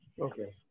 Okay